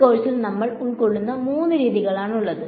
ഈ കോഴ്സിൽ നമ്മൾ ഉൾക്കൊള്ളുന്ന മൂന്ന് രീതികളാണ് ഇവ